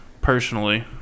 personally